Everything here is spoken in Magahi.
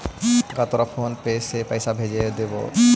हम तोरा फोन पे से पईसा भेज देबो